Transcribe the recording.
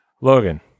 Logan